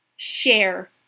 share